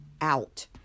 out